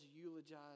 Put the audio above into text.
eulogize